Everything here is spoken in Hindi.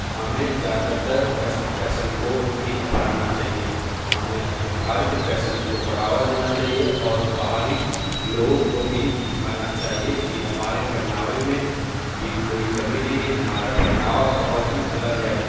हमें ज़्यादातर वेस्टर्न फ़ैशन को नहीं अपनाना चाहिए हमें अपने भारतीय फ़ैशन को बढ़ावा देना चाहिए और बाहरी लोगों को भी दिखाना चाहिए की हमारे पहनावे में भी कोई कमी नहीं है हमारा पहनावा बहुत ही अलग है